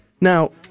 Now